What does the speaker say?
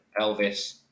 Elvis